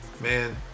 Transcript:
man